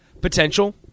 Potential